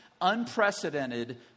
unprecedented